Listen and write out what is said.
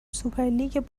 سوپرلیگ